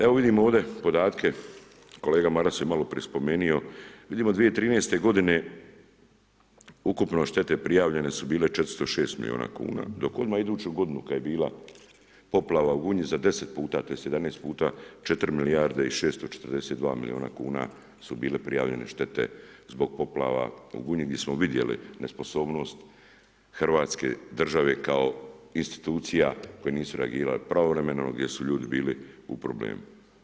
Evo vidimo ovdje podatke, kolega Maras je maloprije spomenuo, vidimo 2013. godine ukupno štete prijavljene su bile 406 milijuna kuna, dok odmah iduću godinu kad je bila poplava u Gunji za 10 puta, tj. 17 puta 4 milijarde i 642 milijuna kuna su bile prijavljene štete zbog poplava u Gunji gdje smo vidjeli nesposobnost Hrvatske države kao institucija koje nisu reagirale pravovremeno gdje su ljudi bili u problemu.